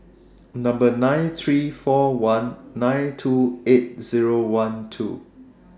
nine three four one nine two eight Zero one two